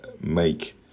make